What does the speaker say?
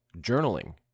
journaling